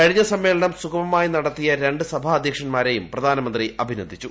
കഴിഞ്ഞ സമ്മേളനം സുഗമമായി നടത്തിയ രണ്ട് സഭാ അധ്യക്ഷന്മാരേയും പ്രധാന മന്ത്രി അഭിനന്ദിച്ചു